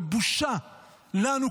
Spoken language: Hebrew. בושה לנו,